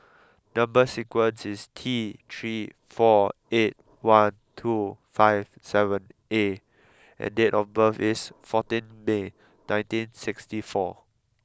number sequence is T three four eight one two five seven A and date of birth is fourteen May nineteen sixty four